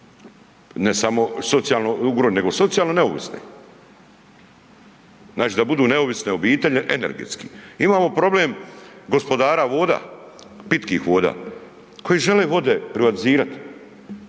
ne samo socijalno nego socijalno neovisni. Znači da budu neovisne obitelji energetski. Imamo problem gospodara voda, pitkih voda, koji žele vode privatizirat.